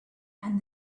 and